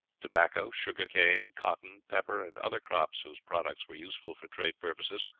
tobacco, sugar canes, cotton, pepper, and other crops whose products were useful for trade purposes,